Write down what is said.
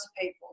people